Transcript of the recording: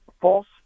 false